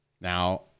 Now